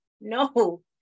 No